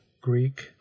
Greek